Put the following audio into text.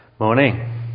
morning